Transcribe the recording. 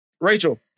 Rachel